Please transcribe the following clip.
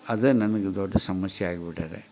ಅದೇ ನನಗೆ ದೊಡ್ಡ ಸಮಸ್ಯೆ ಆಗ್ಬಿಟ್ಟಿದೆ